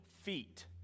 feet